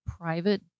private